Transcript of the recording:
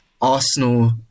Arsenal